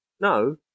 no